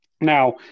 Now